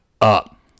up